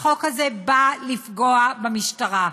החוק הזה נועד לפגוע במשטרה.